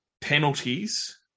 penalties